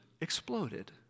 exploded